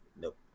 Nope